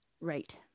Right